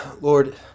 Lord